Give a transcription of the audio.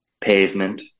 pavement